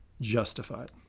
justified